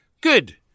Good